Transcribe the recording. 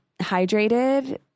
hydrated